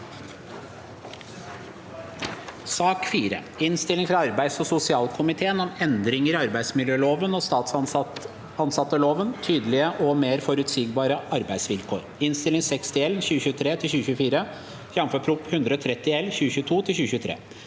2023 Innstilling fra arbeids- og sosialkomiteen om Endringer i arbeidsmiljøloven og statsansatteloven (tydelige og mer forutsigbare arbeidsvilkår) (Innst. 60 L (2023– 2024), jf. Prop. 130 L (2022–2023))